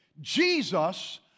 Jesus